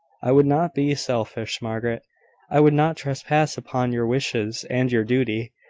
i would not be selfish, margaret i would not trespass upon your wishes and your duty,